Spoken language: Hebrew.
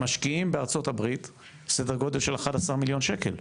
משקיעים בארצות הברית, סדר גודל של 11 מיליון שקל,